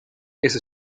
ese